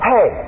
Hey